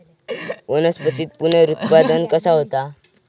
वनस्पतीत पुनरुत्पादन कसा होता?